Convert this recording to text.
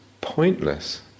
pointless